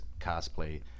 cosplay